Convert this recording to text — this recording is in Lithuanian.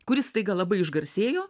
kuris staiga labai išgarsėjo